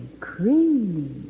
creamy